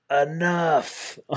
enough